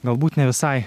galbūt ne visai